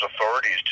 authorities